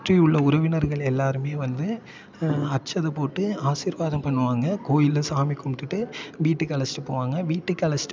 சுற்றியுள்ள உறவினர்கள் எல்லாேருமே வந்து அட்சதை போட்டு ஆசீர்வாதம் பண்ணுவாங்க கோவிலில் சாமி கும்பிட்டுட்டு வீட்டுக்கு அழைச்சிட்டு போவாங்க வீட்டுக்கு அழைச்சிட்டு